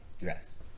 Yes